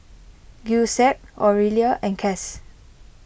Giuseppe Orelia and Cas